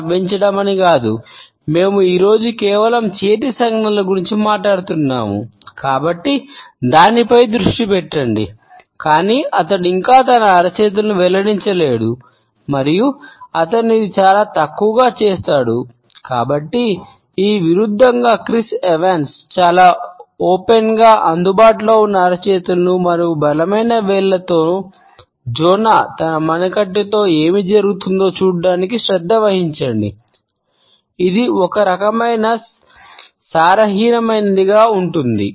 అవును అతను కాబట్టి జోనా తన మణికట్టుతో ఏమి జరుగుతుందో చూడటానికి శ్రద్ధ వహించండి ఇది ఒక రకమైన సారహీనమైనదిగా ఉంటుంది